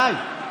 די.